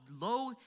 low